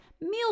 meal